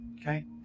Okay